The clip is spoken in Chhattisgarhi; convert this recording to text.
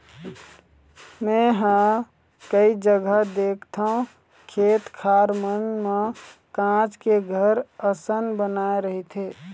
मेंहा कई जघा देखथव खेत खार मन म काँच के घर असन बनाय रहिथे